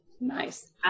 nice